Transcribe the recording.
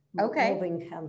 okay